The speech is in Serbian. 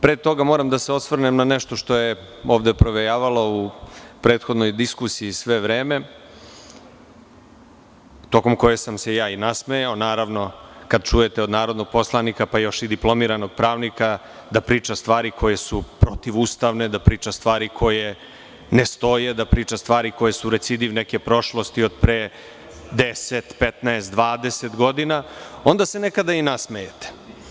Pre toga, moram da se osvrnem na nešto što je ovde provejavalo u prethodnoj diskusiji sve vreme, tokom koje sam se i nasmejao, kad čujete od narodnog poslanika, pa još i diplomiranog pravnika da priča stvari koje su protivustavne, da priča stvari koje ne stoje, da priča stvari koje su recidir neke prošlosti od pre 10, 15, 20 godina, onda se nekada i nasmejete.